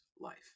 life